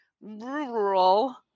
rural